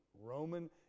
Roman